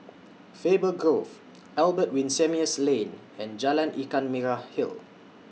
Faber Grove Albert Winsemius Lane and Jalan Ikan Merah Hill